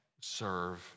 serve